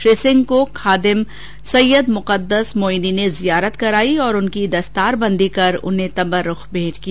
श्री सिंह को खादिम सैययद मुकददस मोईनी ने जियारत कराई और उनकी दस्तारबंदी उन्हें तबर्रूख भेंट किया